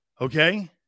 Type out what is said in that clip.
Okay